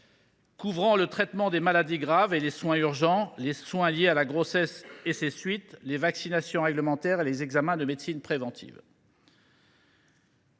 couvrant le traitement des maladies graves et les soins urgents, les soins liés à la grossesse et à ses suites, les vaccinations réglementaires et les examens de médecine préventive.